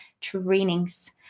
trainings